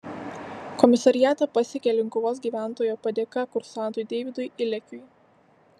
komisariatą pasiekė linkuvos gyventojo padėka kursantui deividui ilekiui